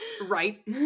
Right